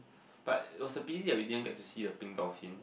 but it was a pity that we didn't get to see the pink dolphins